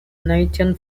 nathan